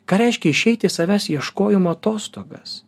ką reiškia išeiti į savęs ieškojimo atostogas